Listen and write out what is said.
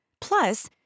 Plus